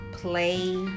Play